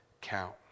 count